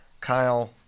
Kyle